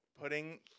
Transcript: Putting